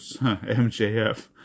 MJF